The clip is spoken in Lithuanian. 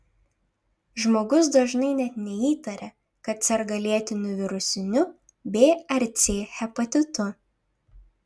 žmogus dažnai net neįtaria kad serga lėtiniu virusiniu b ar c hepatitu